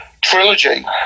trilogy